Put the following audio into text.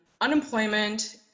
Unemployment